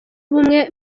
ubumwe